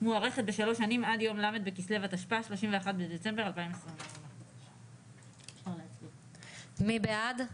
מוארכת בשלוש שנים עד יום ל' בכסלו התשפ"ה (31 בדצמבר 2024). מי בעד?